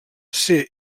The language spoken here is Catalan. ser